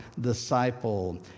disciple